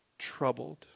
Troubled